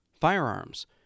Firearms